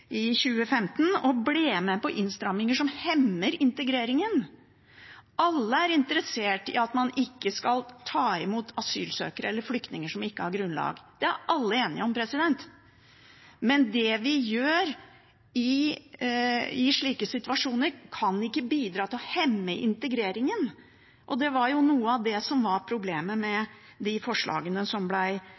ble med på innstramminger som hemmer integreringen. Alle er interessert i at man ikke skal ta imot asylsøkere eller flyktninger som ikke har grunnlag for det. Det er alle enige om. Men det vi gjør i sånne situasjoner, kan ikke bidra til å hemme integreringen, og det var noe av problemet med forslagene som ble vedtatt av et flertall, bortsett fra av SV og Miljøpartiet De